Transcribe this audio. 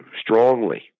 strongly